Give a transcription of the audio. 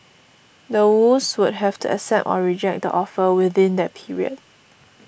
the Woos would have to accept or reject the offer within that period